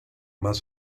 más